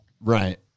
right